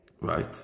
Right